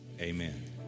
Amen